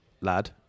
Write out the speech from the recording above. lad